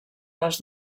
les